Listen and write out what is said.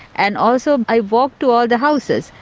and also i walk to all the houses.